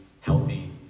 healthy